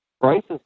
Prices